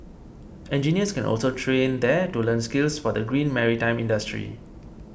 engineers can also train there to learn skills for the green maritime industry